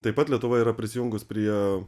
taip pat lietuva yra prisijungus prie